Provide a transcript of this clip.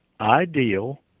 ideal